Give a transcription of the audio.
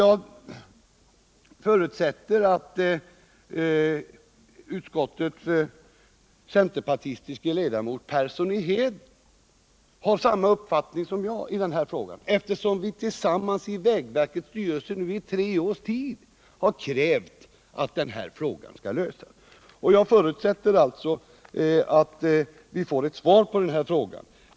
Jag förutsätter att utskottets centerpartistiske ledamot herr Persson i Heden har samma uppfattning som jag i detta fall, eftersom vi tillsammans i vägverkets styrelse under tre års tid har krävt att detta problem skall lösas. Jag väntar mig alltså att vi får ett svar på den här frågan.